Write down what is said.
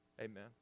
Amen